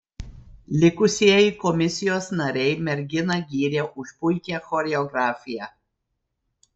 likusieji komisijos nariai merginą gyrė už puikią choreografiją